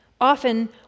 often